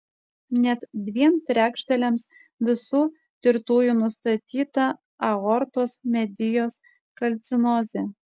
net dviem trečdaliams visų tirtųjų nustatyta aortos medijos kalcinozė